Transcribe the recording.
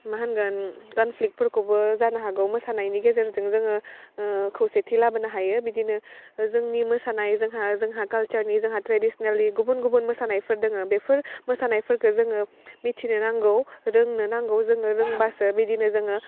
मा होनगोन कनफ्लिकफोरखौबो जानो हागौ मोसानायनि गेजेरजों जोङो खौसेथि लाबोनो हायो बिदिनो जोंनि मोसानाय जोंहा जोंहा कालसारनि जोंहा ट्रेडिशनेलि गुबुन गुबुन मोसानायफोर दोङो बेफोर मोसानायफोरखो जोङो मिथिनो नांगौ रोंनो नांगौ जोङो रोंबासो बिदिनो जोङो